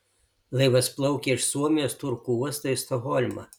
laivas plaukė iš suomijos turku uosto į stokholmą